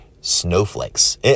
snowflakes